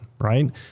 right